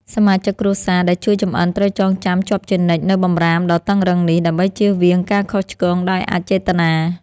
សមាជិកគ្រួសារដែលជួយចម្អិនត្រូវចងចាំជាប់ជានិច្ចនូវបម្រាមដ៏តឹងរ៉ឹងនេះ ដើម្បីជៀសវាងការខុសឆ្គងដោយអចេតនា។